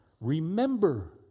remember